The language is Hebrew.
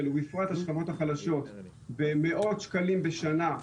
ובפרט השכבות החלשות במאות שקלים בשנה,